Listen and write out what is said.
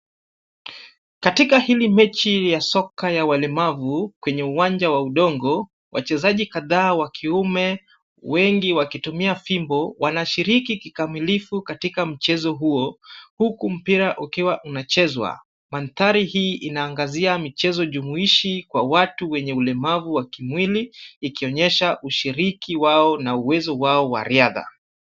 Katika hili mechi la soka ya walemavu kwenye uwanja wa udongo. Wachezaji kadhaa wa kiume wengi wakitumia fimbo wana shiriki kikamilifu katika mchezo huo huku mpira ukiwa unachezwa. Mandhari hii anaangazia mchezo jumuishi ya watu wenye ulemavu wa kimwili ikionyesha ushiriki wao na uwezo wao wa riadha.